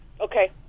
okay